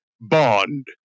Bond